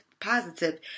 positive